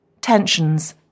Tensions